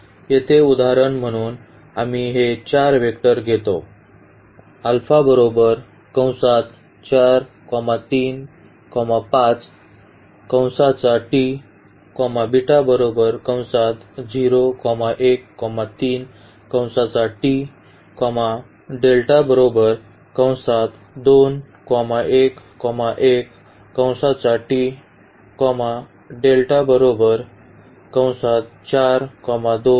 तर येथे उदाहरण म्हणून आम्ही हे चार वेक्टर घेतो